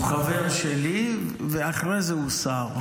הוא חבר שלי ואחרי זה הוא שר.